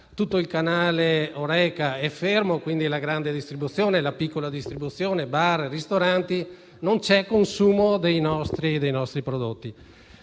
Tutto il canale Horeca è fermo (la grande e la piccola distribuzione, bar e ristoranti); non c'è consumo dei nostri prodotti.